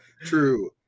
true